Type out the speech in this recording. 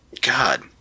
God